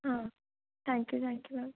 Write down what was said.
ਹਾਂ thank you thank you ma'am